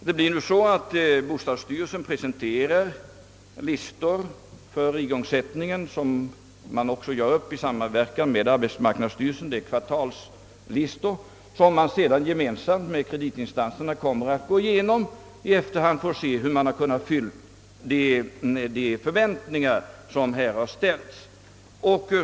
De kvartalslistor för igångsättningen, som bostadsstyrelsen gör upp i samverkan med arbetsmarknadsstyrelsen, kommer att genomgås tillsammans med kreditinstanserna, så att man i efterhand kan se hur man har kunnat uppfylla de förväntningar som har ställts.